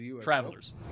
Travelers